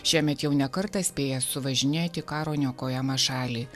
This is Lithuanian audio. šiemet jau ne kartą spėjęs suvažinėti į karo niokojamą šalį